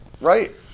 Right